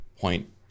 point